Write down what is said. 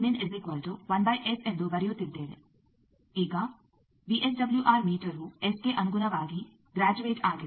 ಆದ್ದರಿಂದ ನಾವು ಎಂದು ಬರೆಯುತ್ತಿದ್ದೇವೆ ಈಗ ವಿಎಸ್ಡಬ್ಲ್ಯೂಆರ್ ಮೀಟರ್ವು ಎಸ್ ಗೆ ಅನುಗುಣವಾಗಿ ಗ್ರ್ಯಾಜುಯೇಟ್ ಆಗಿದೆ